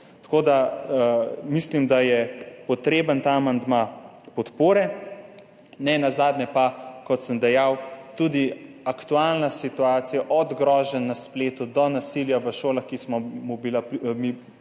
Tako da mislim, da je ta amandma potreben podpore. Nenazadnje pa, kot sem dejal, tudi aktualna situacija, od groženj na spletu do nasilja v šolah, ki smo mu bili priča